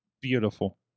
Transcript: Beautiful